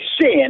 sin